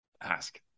ask